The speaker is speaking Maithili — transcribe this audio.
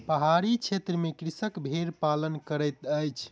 पहाड़ी क्षेत्र में कृषक भेड़ पालन करैत अछि